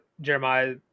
Jeremiah